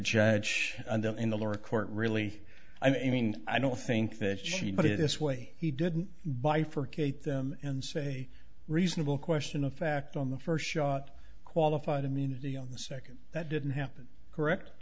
the in the lower court really i mean i don't think that she put it this way he didn't bifurcate them and say reasonable question of fact on the first shot qualified immunity on the second that didn't happen correct